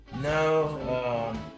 No